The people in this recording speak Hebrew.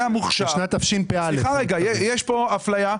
יש פה אפליה.